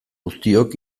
guztiok